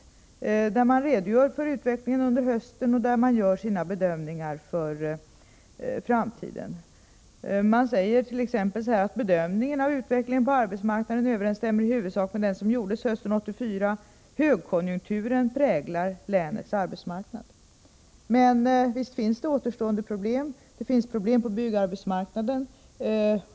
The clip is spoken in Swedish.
Länsarbetsnämnden redogör där för utvecklingen under hösten och gör sina bedömningar för framtiden. Länsarbetsnämnden sägert.ex. att bedömningen av utvecklingen på arbetsmarknaden i huvudsak överensstämmer med den som gjordes hösten 1984 och att högkonjunkturen präglar länets arbetsmarknad. Men visst finns det återstående problem på byggarbetsmarknaden.